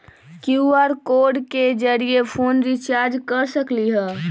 QR code के जरिय phone recharge कर सकली ह?